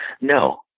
No